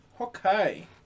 Okay